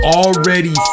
already